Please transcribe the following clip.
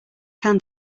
can